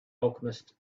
alchemist